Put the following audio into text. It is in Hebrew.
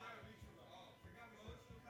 זה גם יישאר בלי